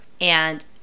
And-